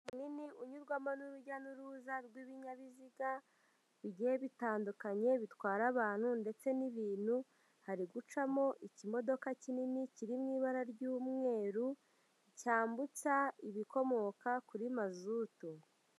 Munini unyurwamo n'urujya n'uruza rw'ibinyabiziga bigiye bitandukanye bitwara abantu ndetse n'ibintu, hari gucamo ikimodoka kinini kiri mu ibara ry'umweru cyambutsa ibikomoka kuri mazutu.